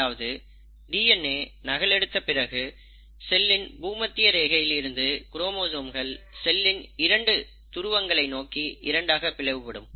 அதாவது டிஎன்ஏ நகலெடுத்த பிறகு செல்லின் பூமத்திய ரேகையில் இருந்து குரோமோசோம்கள் செல்லின் இரண்டு துருவங்களை நோக்கி இரண்டாக பிளவுபடும்